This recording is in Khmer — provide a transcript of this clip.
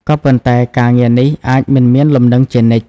ក៏ប៉ុន្តែការងារនេះអាចមិនមានលំនឹងជានិច្ច។